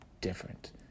different